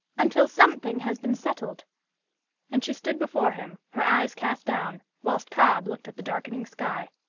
until something has been settled and she stood before him, her eyes cast down, whilst cobb looked at the darkening sky.